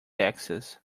taxes